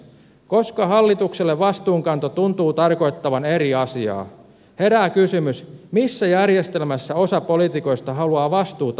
koska hallitukselle vastuunkanto tuntuu tarkoittavan eri asiaa herää kysymys missä järjestelmässä osa poliitikoista haluaa vastuuta oikein kannettavan